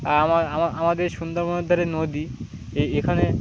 আর আমার আমাদের সুন্দরবনের দারের নদী এই এখানে